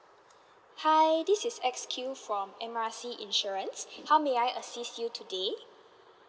hi this is X_Q from M R C insurance how may I assist you today